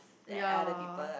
ya